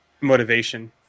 Motivation